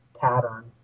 pattern